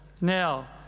Now